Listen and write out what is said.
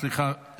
סליחה.